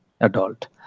adult